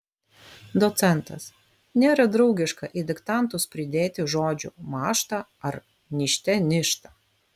docentas nėra draugiška į diktantus pridėti žodžių mąžta ar nižte nyžta